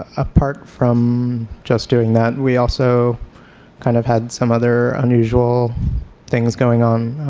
apart from just doing that we also kind of had some other unusual things going on,